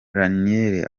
ranieri